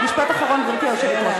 לוי, אני מבקשת לסיים.